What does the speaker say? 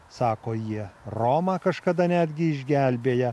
sako jie romą kažkada netgi išgelbėję